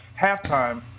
halftime